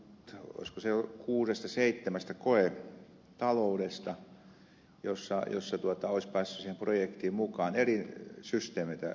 siellä etsittiin olisiko se ollut kuusiseitsemän koetaloutta joissa olisi päässyt siihen projektiin mukaan eri systeemeitä testaamaan